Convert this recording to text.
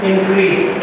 Increase